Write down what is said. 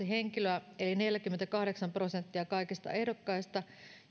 henkilöä eli neljäkymmentäkahdeksan prosenttia kaikista ehdokkaista